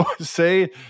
Say